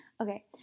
Okay